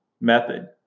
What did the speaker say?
method